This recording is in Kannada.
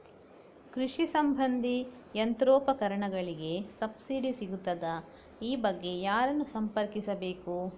ಕೃಷಿ ಸಂಬಂಧಿ ಯಂತ್ರೋಪಕರಣಗಳಿಗೆ ಸಬ್ಸಿಡಿ ಸಿಗುತ್ತದಾ? ಈ ಬಗ್ಗೆ ಯಾರನ್ನು ಸಂಪರ್ಕಿಸಬೇಕು?